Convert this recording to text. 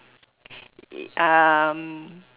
um